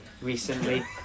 recently